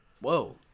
Whoa